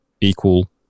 equal